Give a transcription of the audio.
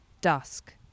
Dusk